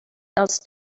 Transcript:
else